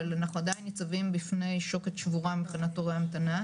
אבל אנחנו עדיין ניצבים בפני שוקת שבורה מבחינת תורי המתנה,